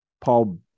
Paul